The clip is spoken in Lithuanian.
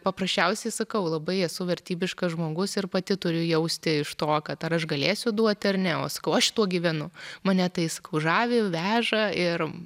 paprasčiausiai sakau labai esu vertybiškas žmogus ir pati turiu jausti iš to kad ar aš galėsiu duoti ar ne o aš sakau aš šituo gyvenu mane tais žavi veža ir